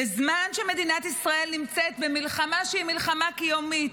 בזמן שמדינת ישראל נמצאת במלחמה, מלחמה קיומית,